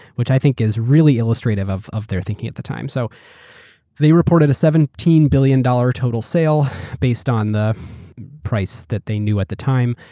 which i think is really illustrative of of their thinking at the time. so they reported a seventeen billion dollars total sales based on the price that they knew at the time,